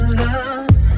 love